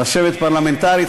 רשמת פרלמנטרית,